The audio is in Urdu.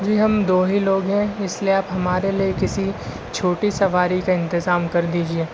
جی ہم دو ہی لوگ ہیں اس لیے آپ ہمارے لیے کسی چھوٹی سواری کا انتظام کر دیجیے